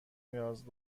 نیاز